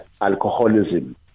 alcoholism